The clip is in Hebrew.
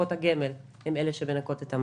קופות הגמל הן אלה שמנכות את המס.